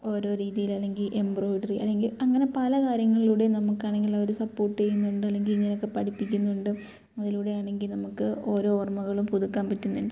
ഓരോ രീതിയിൽ അല്ലെങ്കിൽ എംബ്രോയിഡറി അല്ലെങ്കിൽ അങ്ങനെ പല കാര്യങ്ങളിലൂടെയും നമുക്കാണെങ്കിലും ആ ഒരു സപ്പോർട്ട് ചെയ്യുന്നുണ്ട് അല്ലെങ്കിൽ ഇങ്ങനെയൊക്കെ പഠിപ്പിക്കുന്നുണ്ട് അതിലൂടെ ആണെങ്കിൽ നമുക്ക് ഓരോ ഓർമ്മകളും പുതുക്കാൻ പറ്റുന്നുണ്ട്